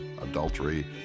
adultery